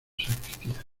sacristía